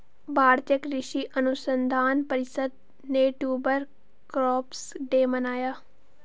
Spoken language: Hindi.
भारतीय कृषि अनुसंधान परिषद ने ट्यूबर क्रॉप्स डे मनाया